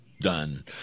done